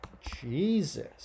Jesus